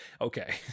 okay